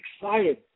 excited